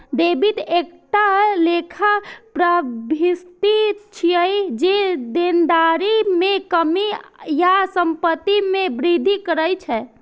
debit एकटा लेखा प्रवृष्टि छियै, जे देनदारी मे कमी या संपत्ति मे वृद्धि करै छै